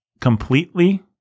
completely